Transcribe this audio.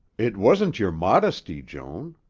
it wasn't your modesty, joan.